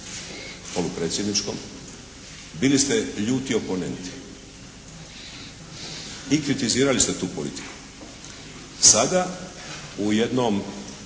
polupredsjedničkom, bili ste ljuti oponenti. I kritizirali ste tu politiku. Sada, u jednom